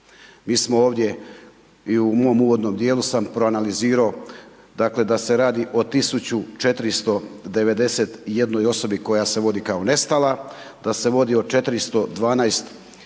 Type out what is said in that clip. Mi smo ovdje i u mom uvodnom djelu sam proanalizirao dakle da se radi o 1491 osoba koja se vodi kao nestala, da se vodi o 412